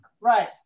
right